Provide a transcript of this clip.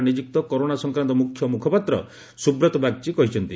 ରା ନିଯୁକ୍ତ କରୋନା ସଂକ୍ରାନ୍ଡ ମୁଖ୍ୟ ମୁଖପାତ୍ର ସୁବ୍ରତ ବାଗ୍ଚୀ କହିଛନ୍ତି